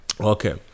okay